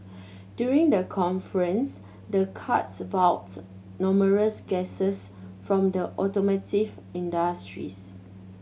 during the conference the karts wowed numerous guests from the automotive industries